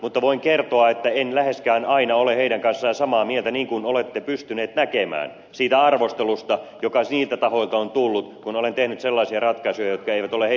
mutta voin kertoa että en läheskään aina ole heidän kanssaan samaa mieltä niin kuin olette pystynyt näkemään siitä arvostelusta joka niiltä tahoilta on tullut kun olen tehnyt sellaisia ratkaisuja jotka eivät ole heidän mieleensä